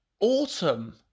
autumn